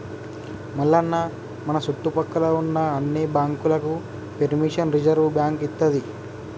మల్లన్న మన సుట్టుపక్కల ఉన్న అన్ని బాంకులకు పెర్మిషన్ రిజర్వ్ బాంకు ఇత్తది